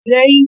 day